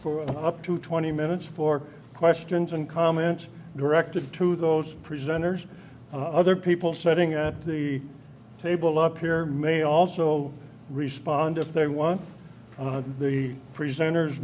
for up to twenty minutes for questions and comments directed to those presenters other people sitting at the table up here may also respond if they want the presenters